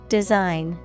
Design